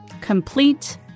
complete